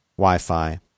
Wi-Fi